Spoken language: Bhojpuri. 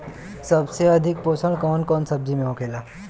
सबसे अधिक पोषण कवन सब्जी में होखेला?